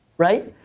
right?